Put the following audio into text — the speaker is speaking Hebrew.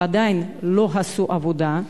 ועדיין לא עשו עבודה,